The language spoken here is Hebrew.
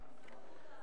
סמכות